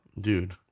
Dude